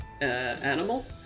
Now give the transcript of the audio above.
animal